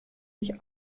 mich